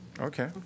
Okay